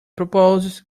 proposes